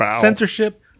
censorship